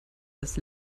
das